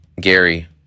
Gary